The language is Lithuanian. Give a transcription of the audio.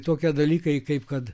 tokie dalykai kaip kad